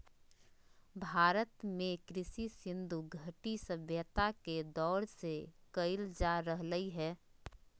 भारत में कृषि सिन्धु घटी सभ्यता के दौर से कइल जा रहलय हें